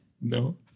No